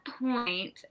point